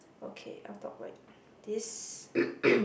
okay I'll talk like this